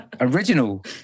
original